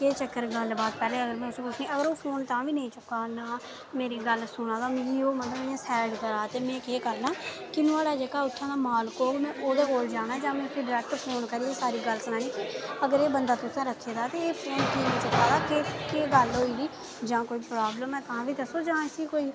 केह् गल्ल बात पैह्ली गल्ल में उसी एह् पुच्छनी अगर ओह् तां बी निं चुकदा फोन मेरी गल्ल सुना दा पर मिगी ओह् साईडौ करा दा ते में केह् करना नुहाड़ा जेह्का उत्थें दा मालक होग ओह्दे कोल जाना जां में उसी डरैक्ट फोन करियै सारी गल्ल सनानी की अगर तुसें एह् बंदा रक्खे दा ते एह् फोन कीऽ निं चुक्का दा केह् गल्ल होई दी जां कोई प्रॉब्लम ऐ तां बी दस्सो जां कोई